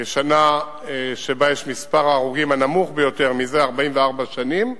שבה מספר ההרוגים הנמוך ביותר מזה 44 שנים,